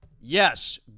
yes